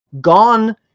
gone